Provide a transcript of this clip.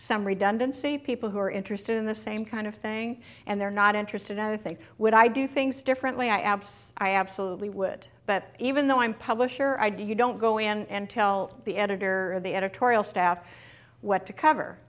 some redundancy people who are interested in the same kind of thing and they're not interested i think would i do things differently i abscess i absolutely would but even though i'm publisher i do you don't go in and tell the editor of the editorial staff what to cover